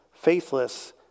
Faithless